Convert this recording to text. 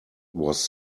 was